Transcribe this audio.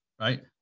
right